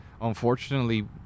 unfortunately